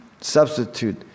substitute